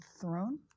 throne